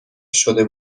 شده